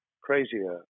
crazier